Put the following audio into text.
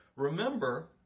Remember